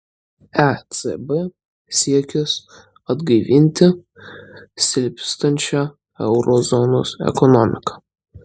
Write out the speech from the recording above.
ecb siekis atgaivinti silpstančią euro zonos ekonomiką